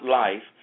life